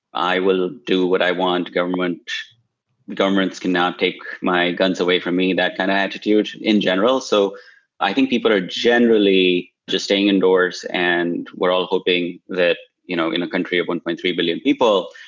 i will do what i want. governments governments cannot take my guns away from me, that kind of attitude in general. so i think people are generally just staying indoors and we're all hoping that you know in in a country of one point three billion people,